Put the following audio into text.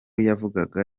yavugaga